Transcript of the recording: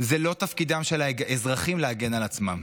זה לא תפקידם של האזרחים להגן על עצמם,